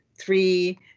three